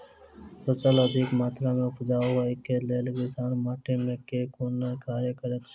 फसल अधिक मात्रा मे उपजाउ होइक लेल किसान माटि मे केँ कुन कार्य करैत छैथ?